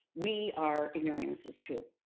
we are ignoramuses, too.